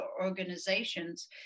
organizations